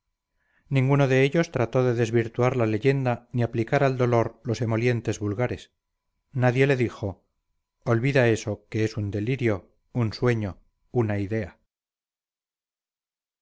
ninguno de ellos trató de desvirtuar la leyenda ni aplicar al dolor los emolientes vulgares nadie le dijo olvida eso que es un delirio un sueño una idea